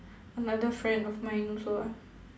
another friend of mine also ah